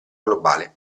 globale